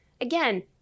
again